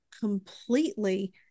completely